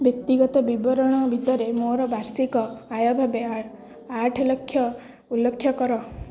ବ୍ୟକ୍ତିଗତ ବିବରଣ ଭିତରେ ମୋର ବାର୍ଷିକ ଆୟ ଭାବେ ଆଠ ଲକ୍ଷ ଉଲ୍ଲେଖ କର